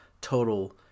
total